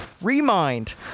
Remind